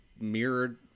mirrored